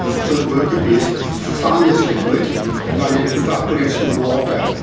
so worker bees fan this liquid and it evaporates the water.